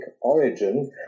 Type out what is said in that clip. origin